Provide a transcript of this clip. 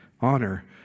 honor